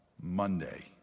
Monday